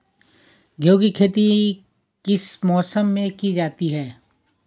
गेहूँ की खेती किस मौसम में की जाती है?